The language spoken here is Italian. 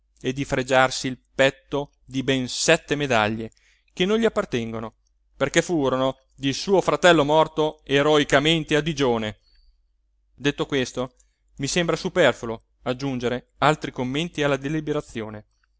e di fregiarsi il petto di ben sette medaglie che non gli appartengono perché furono di suo fratello morto eroicamente a digione detto questo mi sembra superfluo aggiungere altri commenti alla deliberazione